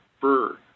fur